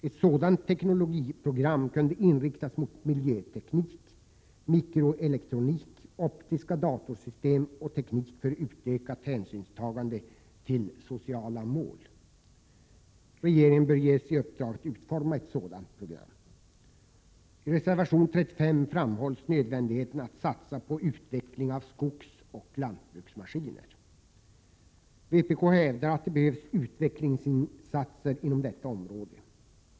Ett sådant teknologiprogram kunde inriktas mot miljöteknik, mikroelektronik, optiska datorsystem och teknik för ett större hänsynstagande vad gäller sociala mål. Regeringen bör ges i uppdrag att utforma ett sådant program. I reservation 35 framhålls nödvändigheten av att man satsar på utveckling av skogsoch lantbruksmaskiner. Vi i vpk hävdar att det behövs utvecklingsinsatser inom detta område.